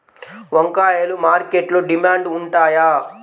వంకాయలు మార్కెట్లో డిమాండ్ ఉంటాయా?